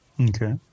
Okay